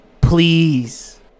please